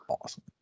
Awesome